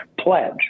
Pledge